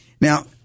Now